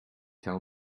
tell